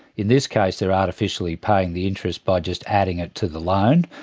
in this case they're artificially paying the interest by just adding it to the loan,